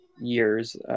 years